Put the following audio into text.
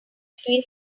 between